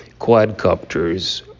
quadcopters